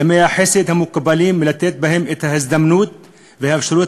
ימי החסד שמקובל לתת בהם את ההזדמנות והאפשרות